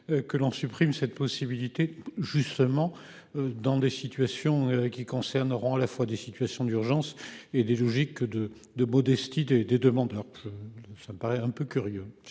Que l'on supprime cette possibilité justement dans des situations qui concerneront à la fois des situations d'urgence et des logiques de de modestie des des demandeurs. Ça me paraît un peu curieux